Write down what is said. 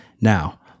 Now